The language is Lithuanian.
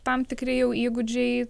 tam tikri jų įgūdžiai